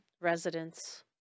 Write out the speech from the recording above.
residents